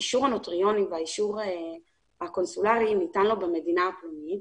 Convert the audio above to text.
האישור הנוטריוני והאישור הקונסולרי ניתן לו במדינה הפנימית,